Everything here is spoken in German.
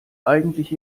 eigentlich